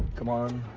come on.